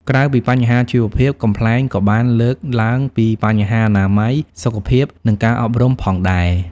ក្រៅពីបញ្ហាជីវភាព កំប្លែងក៏បានលើកឡើងពីបញ្ហាអនាម័យ សុខភាព និងការអប់រំផងដែរ។